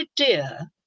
idea